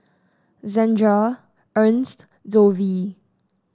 Zandra Ernst Dovie